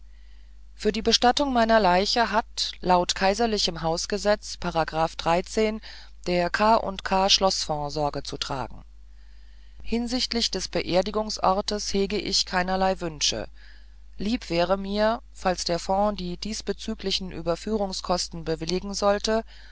für die bestattung meiner leiche hat laut kaiserlichem hausgesetz der k u k schloßfonds sorge zu tragen hinsichtlich des beerdigungsortes hege ich keinerlei wünsche lieb wäre mir falls der fonds die diesbezüglichen überführungskosten bewilligen sollte